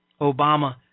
Obama